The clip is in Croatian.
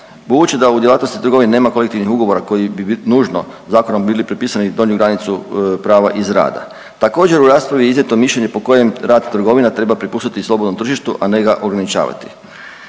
Budući da u djelatnosti trgovine nema kvalitetnih ugovora koji bi nužno zakonom bili propisani donju granicu prava iz rada. Također je u raspravi iznijeto mišljenje po kojem rad trgovina treba prepustiti slobodnom tržištu, a ne ga ograničavati.